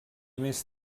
més